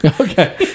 okay